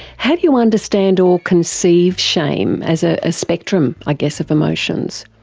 how do you understand or conceive shame as a ah spectrum, i guess, of emotions?